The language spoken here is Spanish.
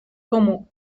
como